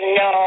no